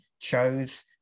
chose